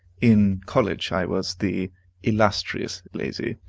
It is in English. in college i was the illustrious lazy.